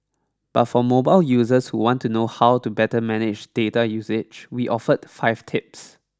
but for mobile users who want to know how to better manage data usage we offered five tips